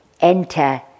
Enter